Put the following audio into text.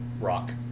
rock